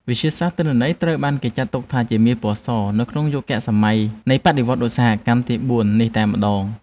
វិទ្យាសាស្ត្រទិន្នន័យត្រូវបានគេចាត់ទុកថាជាមាសពណ៌សនៅក្នុងយុគសម័យនៃបដិវត្តន៍ឧស្សាហកម្មទីបួននេះតែម្តង។